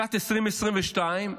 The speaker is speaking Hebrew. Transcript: שנת 2022,